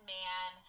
man